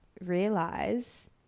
Realize